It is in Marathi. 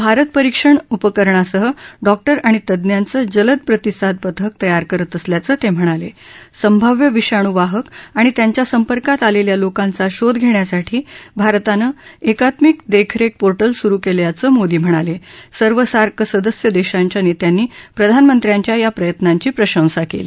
भारत परिक्षण उपकरणासह डॉक्टर आणि तज्ञाचं जलद प्रतिसाद पथक तयार करत असल्याचं तक्रिणाला अभाव्य विषाणूवाहक आणि त्यांच्या संपर्कात आलखा लोकांचा शोध घघ्वासाठी भारतानं एकत्मिक दख्खा पोर्टल सुरु कल्याचं मोदी म्हणाल अर्व सार्क सदस्य दशीच्या नस्यांनी प्रधानमंत्र्यांच्या या प्रयत्नाची प्रशंसा कल्ली